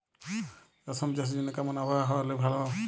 রেশম চাষের জন্য কেমন আবহাওয়া হাওয়া হলে ভালো?